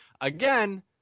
Again